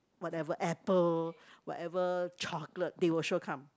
whatever apple whatever chocolate they will sure come